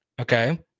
okay